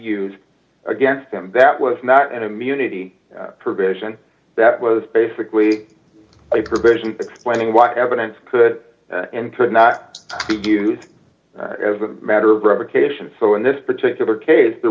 used against him that was not an immunity provision that was basically a provision explaining why evidence could and could not be used as a matter of revocation so in this particular case the